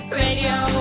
radio